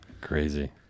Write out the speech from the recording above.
Crazy